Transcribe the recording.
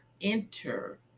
enter